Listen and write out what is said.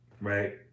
right